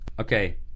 Okay